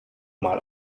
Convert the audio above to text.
mal